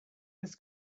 this